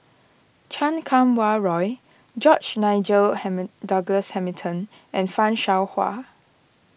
Chan Kum Wah Roy George Nigel ham Douglas Hamilton and Fan Shao Hua